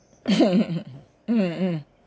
mm mm